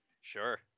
Sure